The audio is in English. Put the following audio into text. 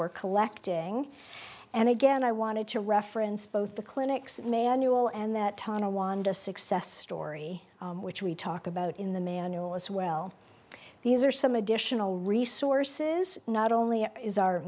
we're collecting and again i wanted to reference both the clinic's manual and that tonawanda success story which we talk about in the manual as well these are some additional resources not only is our